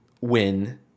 win